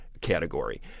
category